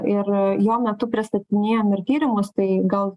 ir jo metu pristatinėjom ir tyrimus tai gal